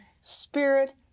Spirit